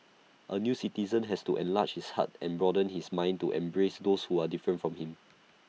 A new citizen has to enlarge his heart and broaden his mind to embrace those who are different from him